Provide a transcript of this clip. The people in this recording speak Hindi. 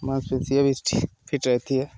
मांसपेशियाँ भी ठीक फिट रहती हैं